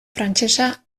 frantsesa